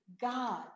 God